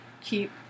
keep